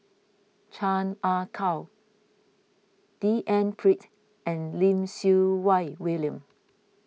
Chan Ah Kow D N Pritt and Lim Siew Wai William